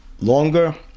longer